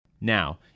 Now